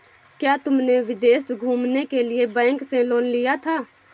क्या तुमने विदेश घूमने के लिए बैंक से लोन लिया था?